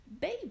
baby